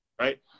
right